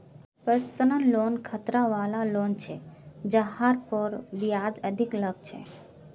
personal loan खतरा वला loan छ जहार पर ब्याज अधिक लग छेक